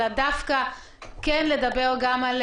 אלא דווקא כן לדבר גם על